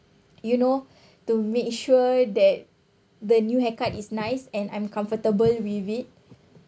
you know to make sure that the new haircut is nice and I'm comfortable with it